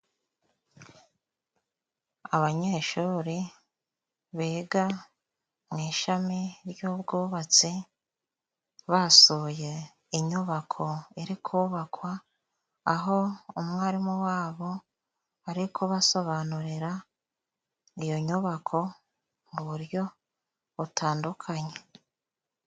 Abanyeshuri biga mu ishami ry'ubwubatsi, basohoye inyubako iri kubakwa, aho umwarimu wabo ari kubasobanurira iyo nyubako mu buryo butandukanye.